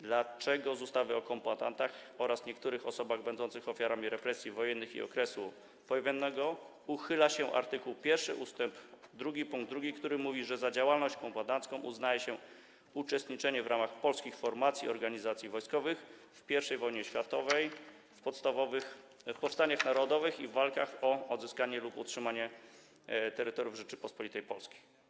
Dlaczego z ustawy o kombatantach oraz niektórych osobach będących ofiarami represji wojennych i okresu powojennego uchyla się art. 1 ust. 2 pkt 2, który mówi o tym, że za działalność kombatancką uznaje się uczestniczenie w ramach polskich formacji i organizacji wojskowych w I wojnie światowej, w powstaniach narodowych i walkach o odzyskanie lub utrzymanie terytoriów Rzeczypospolitej Polskiej?